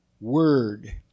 word